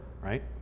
right